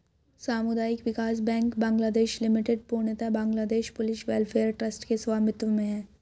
सामुदायिक विकास bank Bangladesh limited पूर्णतः बांग्लादेश पुलिस वेलफेयर ट्रस्ट के स्वामित्व में है